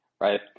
right